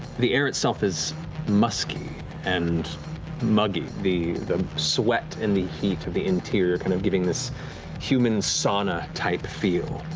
the air itself is musky and muggy. the the sweat and the heat of the interior kind of giving this human sauna type feel.